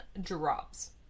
drops